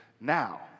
now